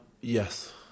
yes